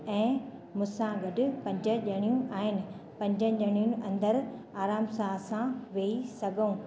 ऐं मूंसां गॾु पंज जणियूं आहिनि पंजनि जणियूं अंदरि आराम सां असां वेही सघूं